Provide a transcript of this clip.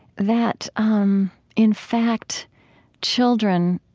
that um in fact children,